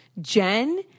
Jen